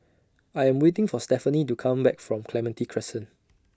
I Am waiting For Stefanie to Come Back from Clementi Crescent